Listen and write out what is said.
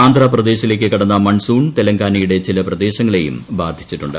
ആന്ധ്രാ പ്രദേശിലേക്ക് കടന്ന മൺസൂൺ തെലങ്കാനയുടെ ചില പ്രദേശങ്ങളെയും ബാധിച്ചിട്ടുണ്ട്